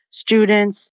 students